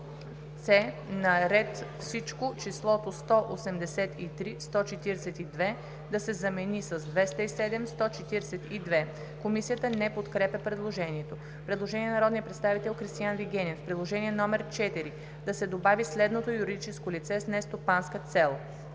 На ред „Всичко“ числото „183 142,0“ да се замени с „207 142,0“. Комисията не подкрепя предложението. Предложение на народния представител Кристиан Вигенин: „В Приложение № 4 да се добави следното юридическо лице с нестопанска цел: